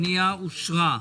הפנייה אושרה.